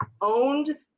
owned